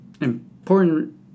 important